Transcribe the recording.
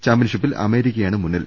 ചാമ്പ്യൻഷി പ്പിൽ അമേരിക്കയാണ് മുന്നിൽ